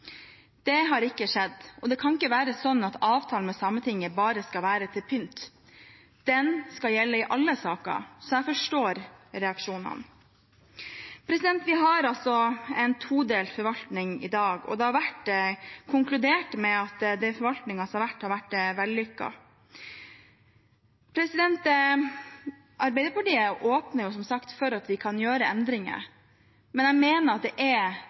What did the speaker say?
det har ikke skjedd. Det kan ikke være slik at avtalen med Sametinget bare skal være til pynt. Den skal gjelde i alle saker. Jeg forstår reaksjonene. Vi har en todelt forvaltning i dag, og det har vært konkludert med at forvaltningen som har vært, har vært vellykket. Arbeiderpartiet åpner som sagt for at vi kan gjøre endringer, men jeg mener det er